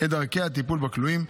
את דרכי הטיפול בכלואים,